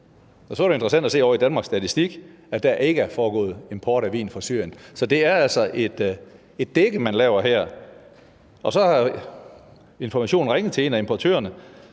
Og så er det jo interessant at se tal fra Danmarks Statistik, der viser, at der ikke er foregået import af vin fra Syrien; det er altså et dække, man laver her. Information har så ringet til en af importørerne